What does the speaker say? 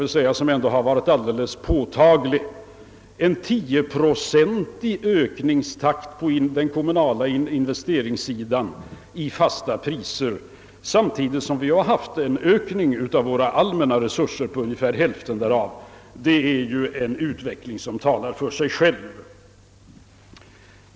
Vi har haft en tioprocentig ökningstakt på den kommunala investeringssidan i fasta priser samtidigt som vi har haft en ökning av våra allmänna resurser på ungefär hälften därav. Det är en utveckling som talar för sig själv.